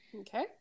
Okay